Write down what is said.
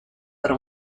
para